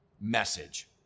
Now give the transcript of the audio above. message